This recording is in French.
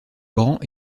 grands